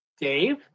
Dave